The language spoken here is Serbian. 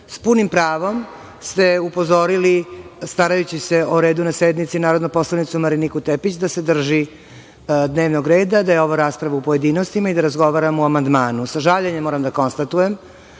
Sa punim pravom ste upozorili, starajući se o redu na sednici, narodnu poslanicu Mariniku Tepić da se drži dnevnog reda, da je ovo rasprava u pojedinostima i da razgovaramo o amandmanu. Sa žaljenjem moram da konstatujem